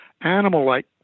animal-like